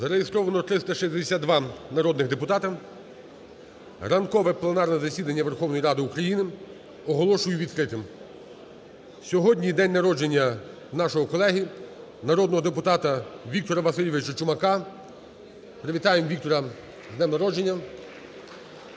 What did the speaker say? Зареєстровано 362 народних депутати. Ранкове пленарне засідання Верховної Ради України оголошую відкритим. Сьогодні день народження нашого колеги – народного депутата Віктора Васильовича Чумака. Привітаємо Віктора з днем народження,